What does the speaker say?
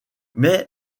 mais